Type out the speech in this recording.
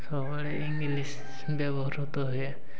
ସବୁବେଳେ ଇଂଗ୍ଲିଶ୍ ବ୍ୟବହୃତ ହୁଏ